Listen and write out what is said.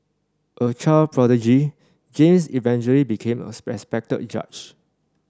a child prodigy James eventually became a respected judge